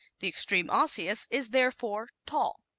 the extreme osseous is therefore tall.